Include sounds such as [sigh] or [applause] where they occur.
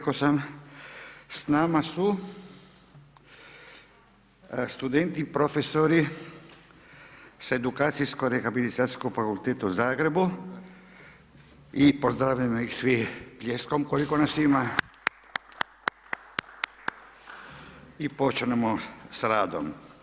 S nama su studenti i profesori s edukacijsko rehabilitacijskog fakulteta u Zagrebu i pozdravimo ih svih pljeskom koliko nas ima. [applause] I počnimo sa radom.